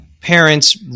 parents